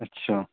اچھا